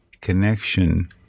connection